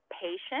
patient